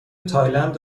تایلند